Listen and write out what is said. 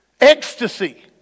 ecstasy